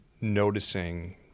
noticing